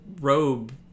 robe